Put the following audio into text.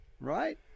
Right